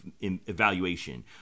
evaluation